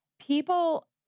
people